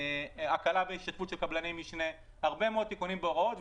הקלה בהשתתפות של קבלי משנה הרבה מאוד תיקונים בהוראות.